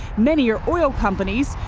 many are oil companies,